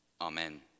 Amen